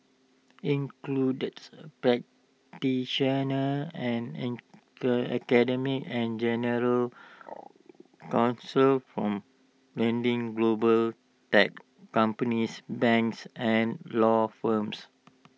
includes practitioners and academics and general counsel from lending global tech companies banks and law firms